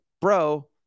bro